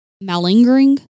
malingering